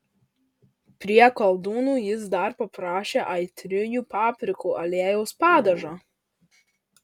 prie koldūnų jis dar paprašė aitriųjų paprikų aliejaus padažo